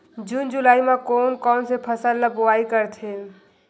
जून जुलाई म कोन कौन से फसल ल बोआई करथे?